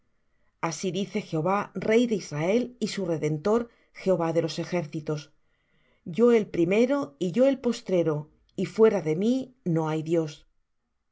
así dice jehová rey de israel y su redentor jehová de los ejércitos yo el primero y yo el postrero y fuera de mí no hay dios y